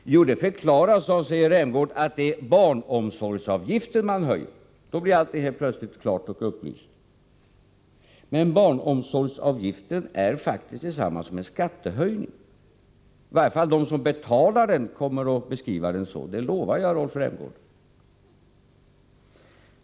Jo, det förklaras, säger Rolf Rämgård, av att det är barnomsorgsavgiften man höjer. Då blir allting plötsligt klart och upplyst. Men en höjning av barnomsorgsavgiften är faktiskt detsamma som en skattehöjning. I varje fall kommer de som betalar den att beskriva den så, det lovar jag Rolf Rämgård.